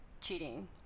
cheating